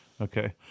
Okay